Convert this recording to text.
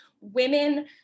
women